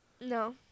No